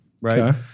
right